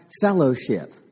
fellowship